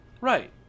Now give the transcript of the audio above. right